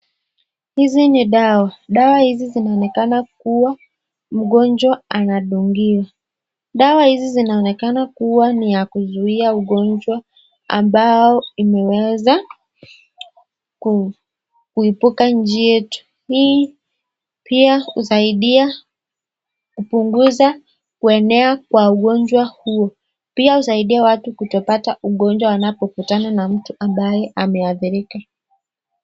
Hizi ni dawa. Dawa hizi zinaonekana kuwa mgonjwa anadungiwa. Dawa hizi zinaonekana kuwa ni ya kuzuia ugonjwa ambao imeweza kuipuka nchi yetu. Hii pia husaidia kupunguza kuenea kwa ugonjwa huo. Pia husaidia watu kutopata ugonjwa wanapokutana na mtu ambaye ameadhirika.